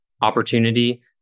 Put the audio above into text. opportunity